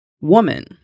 woman